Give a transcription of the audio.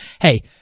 Hey